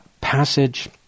passage